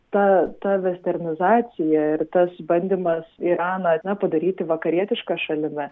tą ta vesternizacija ir tas bandymas iraną ar ne padaryti vakarietiška šalimi